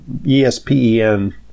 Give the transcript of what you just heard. ESPEN